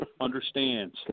understands